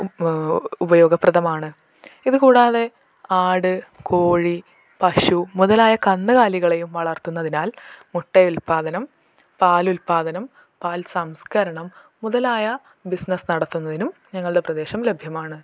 ഉം ഉപയോഗപ്രദമാണ് ഇത് കൂടാതെ ആട് കോഴി പശു മുതലായ കന്ന്കാലികളെയും വളർത്തുന്നതിനാൽ മുട്ടയുൽപാദനം പാൽ ഉല്പാദനം പാൽ സംസ്കരണം മുതലായ ബിസ്നസ്സ് നടത്തുന്നതിനും ഞങ്ങളുടെ പ്രദേശം ലഭ്യമാണ്